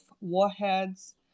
warheads